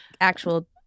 actual